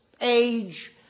age